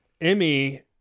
Emmy